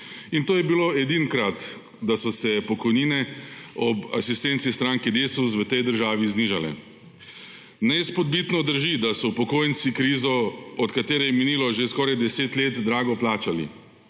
To je bilo edinkrat, da so se pokojnine ob asistenci stranke Desus v tej državi znižale. Neizpodbitno drži, da so upokojenci krizo, od katere je minilo že skoraj 10 let, drago plačali.